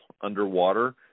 underwater